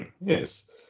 yes